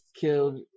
killed